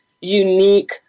unique